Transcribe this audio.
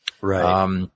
Right